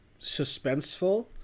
suspenseful